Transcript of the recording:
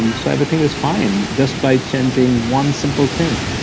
and so everything is fine just by changing one simple thing.